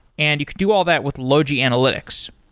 and you could do all that with logi analytics.